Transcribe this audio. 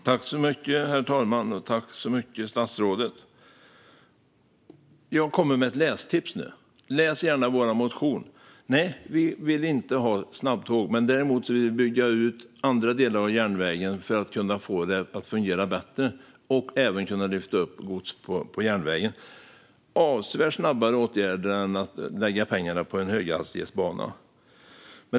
Herr talman! Jag kommer nu med ett lästips: Läs gärna vår motion! Nej, vi vill inte ha snabbtåg, men vi vill däremot bygga ut andra delar av järnvägen för att få det att fungera bättre och även kunna lyfta upp gods på järnvägen. Detta är avsevärt snabbare åtgärder än att lägga pengarna på en höghastighetsbana.